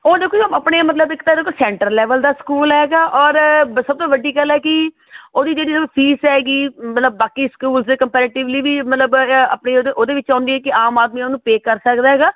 ਉਹ ਦੇਖੋ ਜੀ ਆਪਣੇ ਮਤਲਬ ਇੱਕ ਤਾਂ ਦੇਖੋ ਸੈਂਟਰ ਲੈਵਲ ਦਾ ਸਕੂਲ ਹੈਗਾ ਔਰ ਵ ਸਭ ਤੋਂ ਵੱਡੀ ਗੱਲ ਹੈ ਕਿ ਉਹਦੀ ਜਿਹੜੀ ਦੇਖੋ ਫੀਸ ਹੈਗੀ ਮਤਲਬ ਬਾਕੀ ਸਕੂਲ ਦੇ ਕੰਪੈਰਟਿਵਲੀ ਵੀ ਮਤਲਬ ਅ ਆਪਣੀ ਉਹਦੇ ਵਿੱਚ ਆਉਂਦੀ ਕਿ ਆਮ ਆਦਮੀ ਉਹਨੂੰ ਪੇ ਕਰ ਸਕਦਾ ਹੈਗਾ